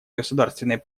государственной